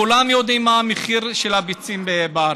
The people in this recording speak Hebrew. כולם יודעים מה המחיר של הביצים בארץ,